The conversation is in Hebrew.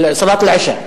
צלאת אל-עִשאא,